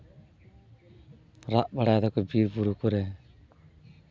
ᱨᱟᱜ ᱵᱟᱲᱟᱭ ᱫᱟᱠᱚ ᱵᱤᱨ ᱵᱩᱨᱩ ᱠᱚᱨᱮ